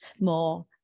more